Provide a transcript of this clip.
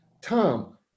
Tom